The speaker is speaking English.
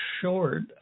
short